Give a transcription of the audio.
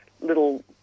little